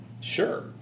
sure